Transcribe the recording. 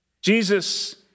Jesus